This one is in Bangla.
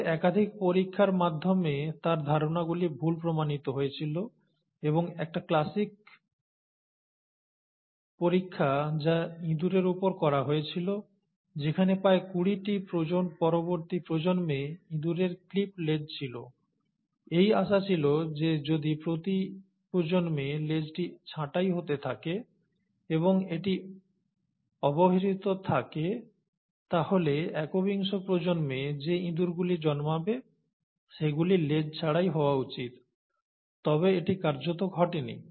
পরে একাধিক পরীক্ষার মাধ্যমে তার ধারণাগুলি ভুল প্রমাণিত হয়েছিল এবং একটি ক্লাসিক পরীক্ষা যা ইঁদুরের উপর করা হয়েছিল যেখানে প্রায় কুড়িটি পরবর্তী প্রজন্মে ইঁদুরের ক্লিপড লেজ ছিল এই আশা ছিল যে যদি প্রতি প্রজন্মে লেজটি ছাঁটাই হতে থাকে এবং এটি অব্যবহৃত থাকে তাহলে একবিংশ প্রজন্মে যে ইঁদুরগুলি জন্মাবে সেগুলি লেজ ছাড়াই হওয়া উচিত তবে এটি কার্যত ঘটেনি